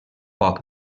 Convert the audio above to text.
poc